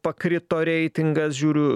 pakrito reitingas žiūriu